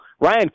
Ryan